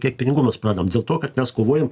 kiek pinigų mes prarandam dėl to kad mes kovojam